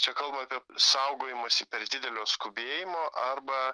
čia kalbama apie saugojimosi per didelio skubėjimo arba